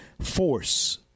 force